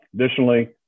Additionally